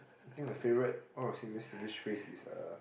think my favourite one of my favourite Singlish phrase is uh